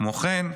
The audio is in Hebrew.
כמו כן,